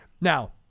Now